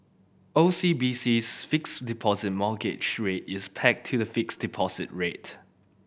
O C B C's Fixed Deposit Mortgage Rate is pegged to the fixed deposit rate